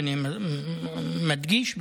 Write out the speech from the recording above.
ואני מדגיש: